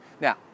Now